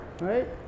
Right